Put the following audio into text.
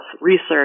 research